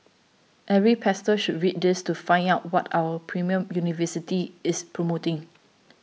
every pastor should read this to find out what our premier university is promoting